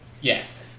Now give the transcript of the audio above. yes